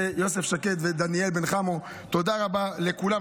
יוסף שקד ודניאל בן חמו, תודה רבה לכולם.